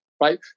right